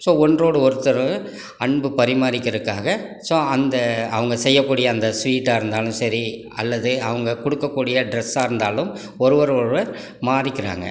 so ஒன்றோடு ஒருத்தர் அன்பு பரிமாறிக்கிறதுக்காக ஸோ அந்த அவங்க செய்யக்கூடிய அந்த ஸ்வீட்டாருக இருந்தாலும் சரி அல்லது அவங்க கொடுக்கக்கூடிய ட்ரெஸ்ஸாகருந்தாலும் ஒருவர் ஒருவர் மாற்றிக்கிறாங்க